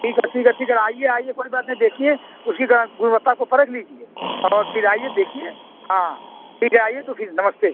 ठीक है ठीक है ठीक है आइए आइए कोई बात नहीं देखिए उसकी गुणवत्ता को परख लीजिए और फिर आइए देखिए हाँ फिर आइए तो फिर नमस्ते